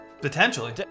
potentially